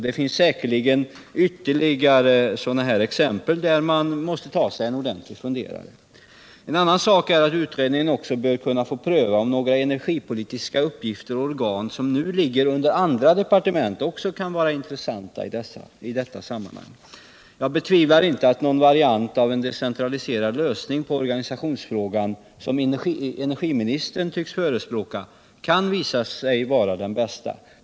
Det finns säkerligen ytterligare sådana här fall då man måste ta sig en ordentlig funderare. 3 Om planerna på en statens energistyrelse En annan sak är att utredningen också bör kunna få pröva om några energipolitiska uppgifter och organ, som nu ligger under andra departement, kan vara intressanta i detta sammanhang. Jag betvivlar inte att någon variant av en decentraliserad lösning på organisationsfrågan, som energiministern tycks förespråka, kan visa sig vara den bästa.